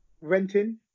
renting